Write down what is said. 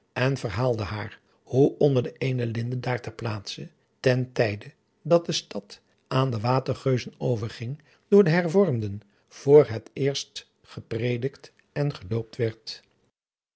en aalde haar hoe onder eene linde daar ter plaatse ten tijde dat de stad aan de watergenzen overging door de hervormden voor het eerst gepredikt en gedoopt werd